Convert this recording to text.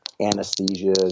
anesthesia